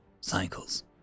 cycles